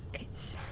it's,